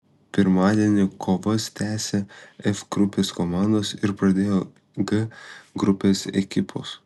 pirmadienį kovas tęsė f grupės komandos ir pradėjo g grupės ekipos